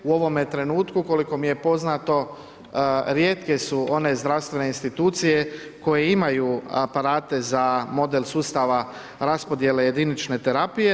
U ovome trenutku koliko mi je poznato rijetke su one zdravstvene institucije koje imaju aparate za model sustava raspodjele jedinične terapije.